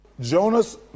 Jonas